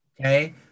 okay